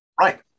Right